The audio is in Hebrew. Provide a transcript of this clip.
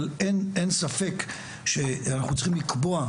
אין ספק שאנחנו צריכים לקבוע,